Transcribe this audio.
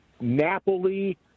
Napoli